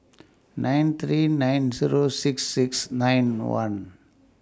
nine three nine Zero six six nine one